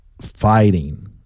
fighting